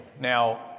Now